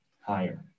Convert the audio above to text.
higher